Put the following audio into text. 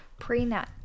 prenat